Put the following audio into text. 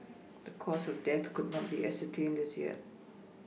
the cause of death could not be ascertained as yet